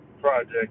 project